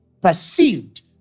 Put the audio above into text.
perceived